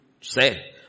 say